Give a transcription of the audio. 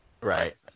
right